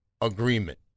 agreement